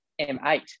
M8